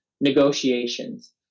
negotiations